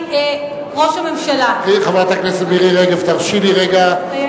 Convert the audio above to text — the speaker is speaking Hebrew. ראש הממשלה, חברת הכנסת מירי רגב, תרשי לי רגע